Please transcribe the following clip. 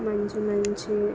మంచి మంచి